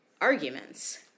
arguments